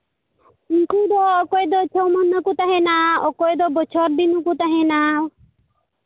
ᱩᱱᱠᱩ ᱫᱚ ᱚᱠᱚᱭ ᱫᱚ ᱪᱷᱚ ᱢᱟᱹᱦᱱᱟᱹ ᱠᱚ ᱛᱟᱦᱮᱱᱟ ᱚᱠᱚᱭ ᱫᱚ ᱵᱚᱪᱷᱚᱨ ᱫᱤᱱ ᱦᱚᱸ ᱠᱚ ᱛᱟᱦᱮᱱᱟ